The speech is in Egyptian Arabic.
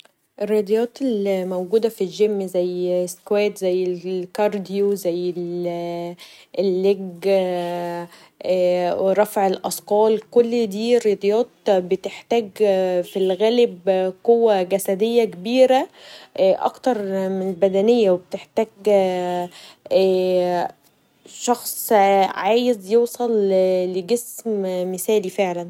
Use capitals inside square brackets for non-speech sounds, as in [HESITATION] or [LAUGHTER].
الرياضيات الموجوده في الجيم زي الاسكواد زي الكارديو زي [HESITATION] زي ليج و رفع الأثقال كل دي رياضيات بتحتاج [NOISE] في الغالب قوه جسديه كبيره اكتر من الذهنيه و بتحتاج شخص